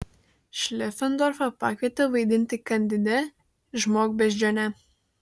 šlefendorfą pakvietė vaidinti kandide žmogbeždžionę